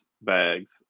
bags